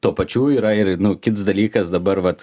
tuo pačiu yra ir nu kits dalykas dabar vat